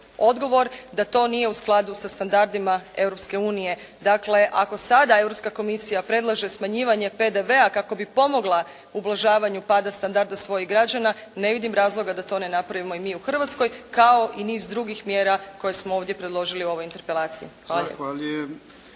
odgovor da to nije u skladu sa standardima Europske unije. Dakle, ako sada Europska komisija predlaže smanjivanje PDV-a kako bi pomogla ublažavanju pada standarda svojih građana ne vidim razloga da to ne napravimo i mi u Hrvatskoj, kao i niz drugih mjera koje smo ovdje predložili u ovoj interpelaciji. Hvala